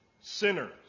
sinners